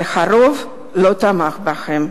אבל הרוב לא תמך בהם.